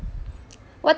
what thing go viral